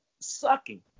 sucking